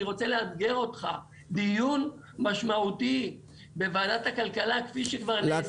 אני רוצה לאתגר אותך דיון משמעותי בוועדת הכלכלה כפי שכבר נעשה.